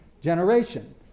generation